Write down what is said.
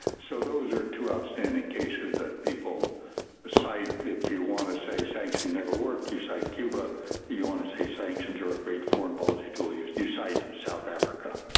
so those are two outstanding cases that people cite if you want to say sanctions never work. you cite cuba, if you want to say sanctions are a great foreign policy tool, you you cite south africa.